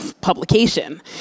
publication